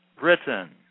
Britain